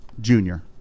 Junior